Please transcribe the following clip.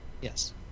Yes